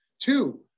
Two